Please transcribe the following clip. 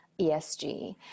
ESG